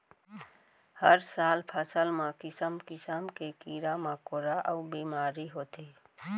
हर साल फसल म किसम किसम के कीरा मकोरा अउ बेमारी होथे